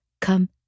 Come